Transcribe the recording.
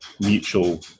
mutual